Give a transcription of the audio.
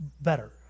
better